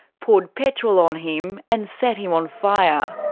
poured petrol on him and set him on fire.